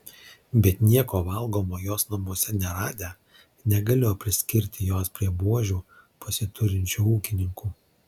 bet nieko valgomo jos namuose neradę negalėjo priskirti jos prie buožių pasiturinčių ūkininkų